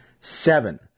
seven